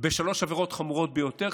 בשלוש עבירות חמורות ביותר.